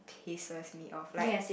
pisses me off like